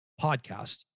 podcast